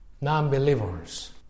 Non-believers